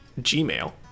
Gmail